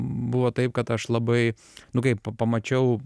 buvo taip kad aš labai nu kaip pamačiau